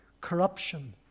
corruption